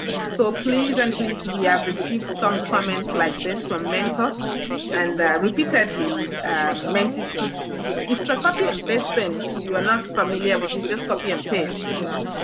so please and please, we have received some comments like this from mentors and repeatedly mentees keep it's a copy and paste thing. if you are not familiar with it, just copy and paste. you know?